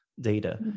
data